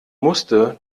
musste